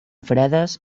fredes